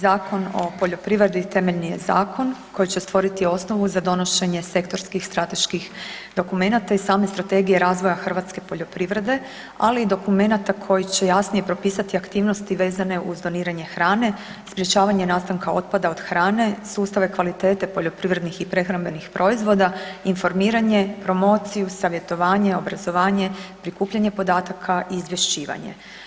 Zakon o poljoprivredi temeljni je zakon koji će stvoriti osnovu za donošenje sektorskih strateških dokumenata i same strategije razvoja hrvatske poljoprivrede ali i dokumenata koji će jasnije propisati aktivnosti vezane uz doniranje hrane, sprječavanje nastanka otpada od hrane, sustava kvalitete poljoprivrednih i prehrambenih proizvoda, informiranje, promociju, savjetovanje, obrazovanje, prikupljanje podataka i izvješćivanje.